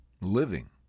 living